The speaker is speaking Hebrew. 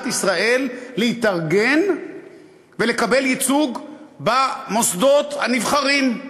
ישראל להתארגן ולקבל ייצוג במוסדות הנבחרים.